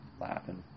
laughing